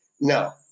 no